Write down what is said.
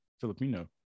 Filipino